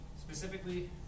Specifically